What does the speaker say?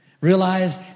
Realize